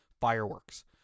fireworks